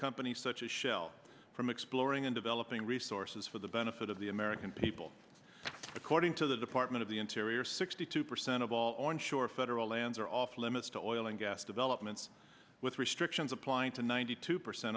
companies such as shell from exploring and developing resources for the benefit of the american people according to the department of the interior sixty two percent of all on shore federal lands are off limits to all and gas developments with restrictions applying to ninety two percent